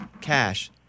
cash